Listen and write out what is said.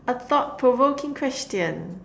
a thought provoking question